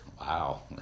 Wow